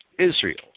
Israel